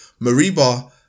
Mariba